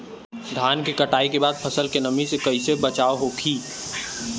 धान के कटाई के बाद फसल के नमी से कइसे बचाव होखि?